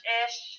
ish